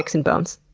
and bones?